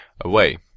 away